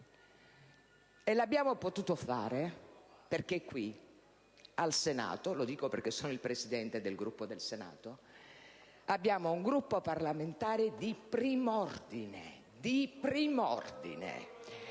Lo abbiamo potuto fare perché qui al Senato - lo dico perché sono il Presidente del Gruppo del Senato - abbiamo un Gruppo parlamentare di prim'ordine. *(Commenti